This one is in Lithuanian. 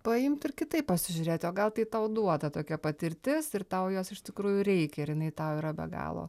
paimt ir kitaip pasižiūrėti o gal tai tau duota tokia patirtis ir tau jos iš tikrųjų reikia ir jinai tau yra be galo